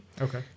Okay